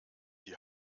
die